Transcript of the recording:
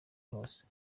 hose